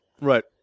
Right